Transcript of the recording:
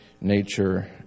nature